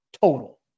total